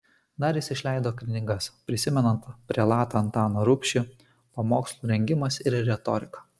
dar jis išleido knygas prisimenant prelatą antaną rubšį pamokslų rengimas ir retorika